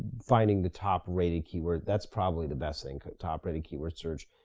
finding the top rated keyword, that's probably the best thing. top rated keyword search,